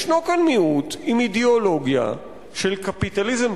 ישנו כאן מיעוט עם אידיאולוגיה של קפיטליזם,